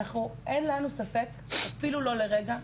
אין לאף אחד בצה"ל ספק אפילו לא לרגע,